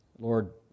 Lord